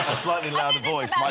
slightly louder voice